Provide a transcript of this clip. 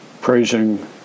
praising